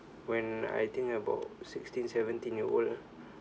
when I think about sixteen seventeen year old